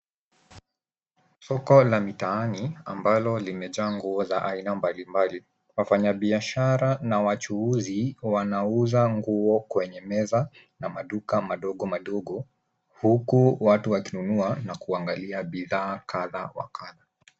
Soko la mitaani ambalo limejaa nguo za aina mbalimbali. Wafanyabiashara na wachuuzi wanauza nguo kwenye meza na maduka madogo madogo huku watu wakinunua na kuangalia bidhaa kadha wa kadha.